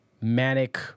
manic